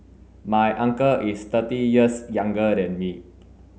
my uncle is thirty years younger than me